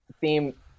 theme